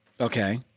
okay